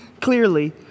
clearly